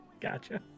Gotcha